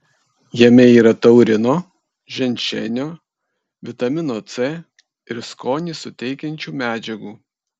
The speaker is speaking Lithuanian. jame yra taurino ženšenio vitamino c ir skonį suteikiančių medžiagų